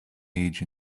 age